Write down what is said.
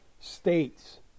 states